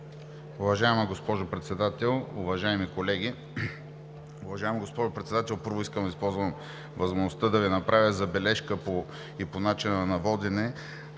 Уважаема госпожо Председател, уважаеми колеги! Уважаема госпожо Председател, първо, искам да използвам възможността да Ви направя забележка по начина на водене